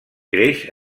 creix